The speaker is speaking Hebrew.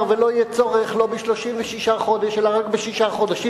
ולא יהיה צורך לא ב-36 חודש אלא רק בשישה חודשים,